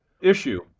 issue